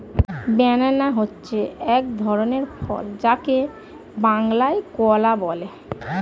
banana হচ্ছে এক ধরনের ফল যাকে বাংলায় কলা বলে